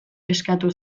eskatu